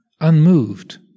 unmoved